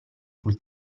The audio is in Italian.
sul